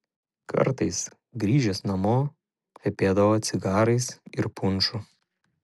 kartais grįžęs namo kvepėdavo cigarais ir punšu